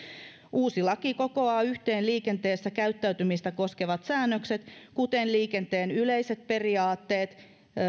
uusi laki kokoaa yhteen liikenteessä käyttäytymistä koskevat säännökset kuten liikenteen yleiset periaatteet